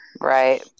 right